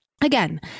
Again